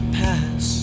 pass